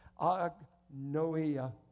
agnoia